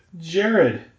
Jared